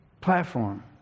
platform